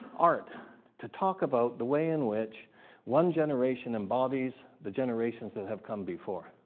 art to talk about the way in which one generation embodies the generations that have come before.